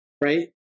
right